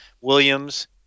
Williams—